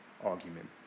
argument